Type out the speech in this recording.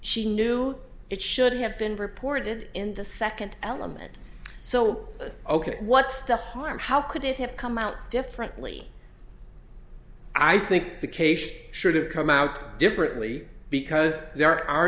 she knew it should have been reported in the second element so ok what's the harm how could it have come out differently i think the case should have come out differently because there are